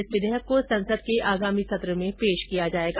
इस विधेयक को संसद के आगामी सत्र में पेश किया जाएगा